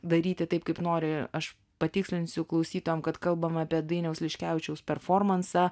daryti taip kaip nori aš patikslinsiu klausytojam kad kalbam apie dainiaus liškevičiaus performansą